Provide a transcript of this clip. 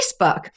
Facebook